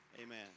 Amen